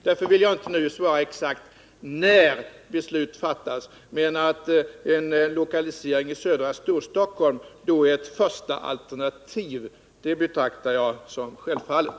Därför vill jag inte nu svara exakt när beslut fattas, men att en lokalisering i södra Storstockholm då är ett förstaalternativ betraktar jag som självfallet.